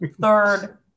third